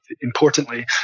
importantly